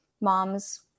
moms